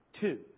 Two